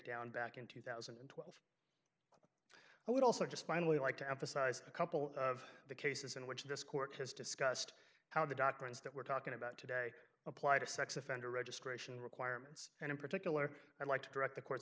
down back in two thousand and twelve i would also just finally like to emphasize a couple of the cases in which this court has discussed how the doctrines that we're talking about today apply to sex offender registration requirements and in particular i'd like to direct the court